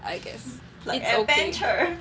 I guess like